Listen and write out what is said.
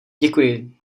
děkuji